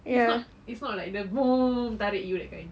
it's not it's not like the tarik you that kind